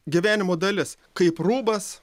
gyvenimo dalis kaip rūbas